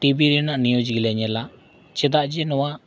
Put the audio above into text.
ᱨᱮᱱᱟᱜ ᱜᱮᱞᱮ ᱧᱮᱞᱟ ᱪᱮᱫᱟᱜ ᱡᱮ ᱱᱚᱣᱟ